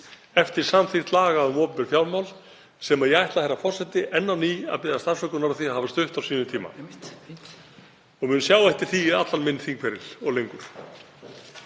eftir samþykkt laga um opinber fjármál sem ég ætla, herra forseti, enn á ný að biðjast afsökunar á því að hafa stutt á sínum tíma. Ég mun sjá eftir því allan minn þingferil og lengur.